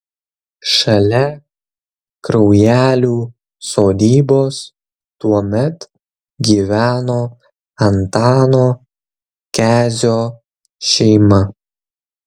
šalia kraujelių sodybos tuomet gyveno antano kezio šeima